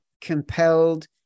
compelled